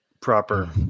proper